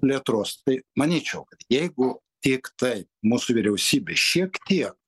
plėtros tai manyčiau kad jeigu tiktai mūsų vyriausybė šiek tie